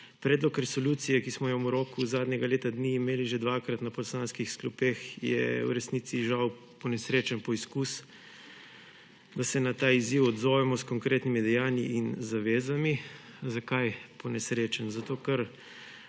Predlog resolucije, ki smo jo v roku zadnjega leta dni imeli že dvakrat na poslanskih klopeh, je v resnici žal ponesrečen poskus, da se na ta izziv odzovemo s konkretnimi dejanji in zavezami. Zakaj ponesrečen? Ker